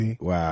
Wow